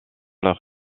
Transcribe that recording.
leur